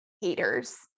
haters